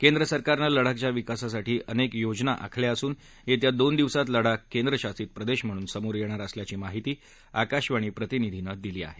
केंद्र सरकारनं लडाखच्या विकासासाठी अनेक योजना आखल्या असून येत्या दोन दिवसात लडाख केंद्रशासित प्रदेश म्हणून समोर येणार असल्याची माहती आकाशवाणी प्रतिनिधीनं दिली आहे